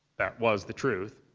that was the truth.